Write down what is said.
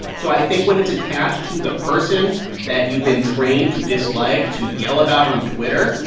so i think when it's attached to the person that you've been trained to dislike, to yell about on twitter,